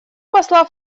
посла